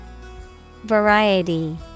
Variety